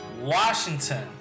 Washington